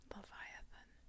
Leviathan